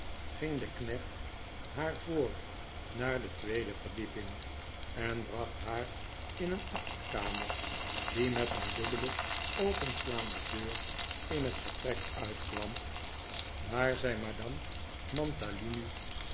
ging de knecht haar voor naar de tweede verdieping en bracht haar in een achterkamer die met een dubbele openslaande deur in het vertrek uitkwam waar zij madame